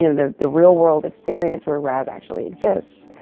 and the, the real world experience where raz actually exists.